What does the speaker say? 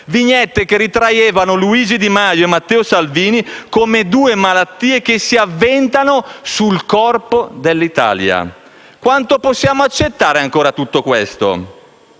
vignette che ritraevano Luigi Di Maio e Matteo Salvini come due malattie che si avventano sul corpo dell'Italia. Quanto ancora possiamo accettare tutto questo?